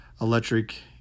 electric